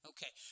Okay